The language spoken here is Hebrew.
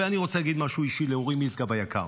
ואני רוצה להגיד משהו אישי לאורי משגב היקר,